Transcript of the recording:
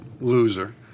loser